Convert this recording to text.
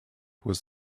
was